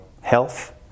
health